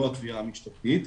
לא התביעה המשטרתית,